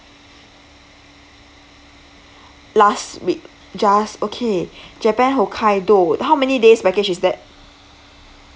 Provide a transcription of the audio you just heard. last week just okay japan hokkaido how many days package is that